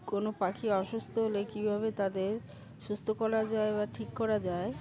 কোনো পাখি অসুস্থ হলে কীভাবে তাদের সুস্থ করা যায় বা ঠিক করা যায়